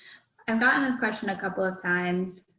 and gotten this question a couple of times.